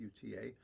UTA